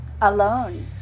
alone